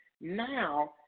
now